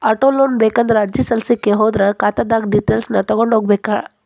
auto loan ಬೇಕಂದ್ರ ಅರ್ಜಿ ಸಲ್ಲಸ್ಲಿಕ್ಕೆ ಹೋದ್ರ ಖಾತಾದ್ದ್ ಡಿಟೈಲ್ಸ್ ತಗೊಂಢೊಗಿರ್ಬೇಕ್